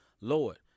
Lord